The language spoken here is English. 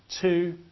Two